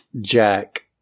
Jack